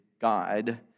God